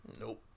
Nope